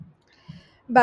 ".